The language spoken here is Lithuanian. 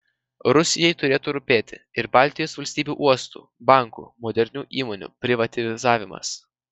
rusijai turėtų rūpėti ir baltijos valstybių uostų bankų modernių įmonių privatizavimas